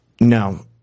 No